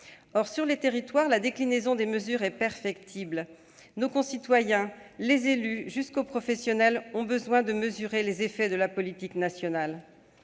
Or, sur les territoires, la déclinaison des mesures est perfectible. Nos concitoyens, les élus et les professionnels eux-mêmes ont besoin de mesurer les effets de la politique nationale.